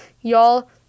Y'all